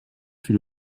fut